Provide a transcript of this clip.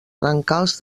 brancals